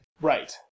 Right